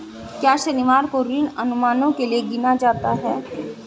क्या शनिवार को ऋण अनुमानों के लिए गिना जाता है?